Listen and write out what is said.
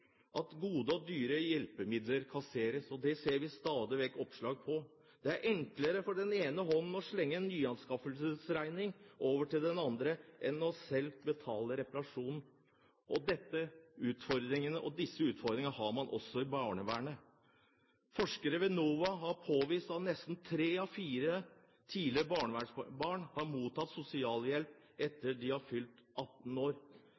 at gode og dyre hjelpemidler kasseres. Det ser vi stadig vekk oppslag om. Det er enklere for den ene hånden å slenge en nyanskaffelsesregning over til den andre enn selv å betale reparasjonen. Disse utfordringene har man også i barnevernet. Forskere ved NOVA har påvist at nesten tre av fire tidligere barnevernsbarn har mottatt sosialhjelp etter at de fylte 18 år.